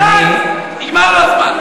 חבר הכנסת חזן, אני, די, נגמר לו הזמן.